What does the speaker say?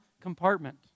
compartment